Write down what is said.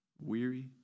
Weary